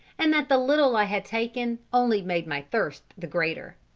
and that the little i had taken only made my thirst the greater.